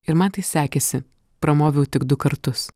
ir man tai sekėsi pramoviau tik du kartus